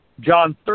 John